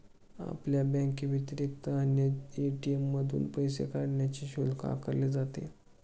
आपल्या बँकेव्यतिरिक्त अन्य ए.टी.एम मधून पैसे काढण्यासाठी शुल्क आकारले जाते